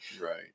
right